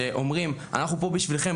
ואומרים: אנחנו פה בשבילכם,